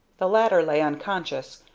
the latter lay unconscious,